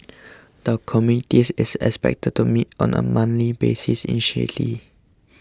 the committees is expected to meet on a monthly basis initially